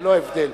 ללא הבדל.